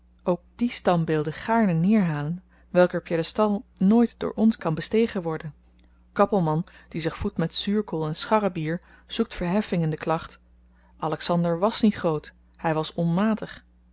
laat ook die standbeelden gaarne neerhalen welker piedestal nooit door ons kan bestegen worden kappelman die zich voedt met zuurkool en scharrebier zoekt verheffing in de klacht alexander wàs niet groot hy was onmatig